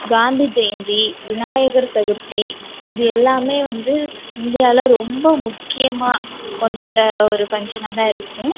காந்தி ஜெயந்தி விநாயகர் சதுர்த்தி இது எல்லாமே வந்து இந்தியாவில ரொம்ப முக்கியமாக கொண்டாடுகிற ஒரு ஃபங்ஷனாகதான் இருக்கும்